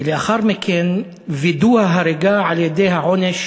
ולאחר מכן וידוא ההריגה על-ידי העונש